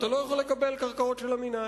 אתה לא יכול לקבל קרקעות של המינהל.